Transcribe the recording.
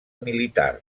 militar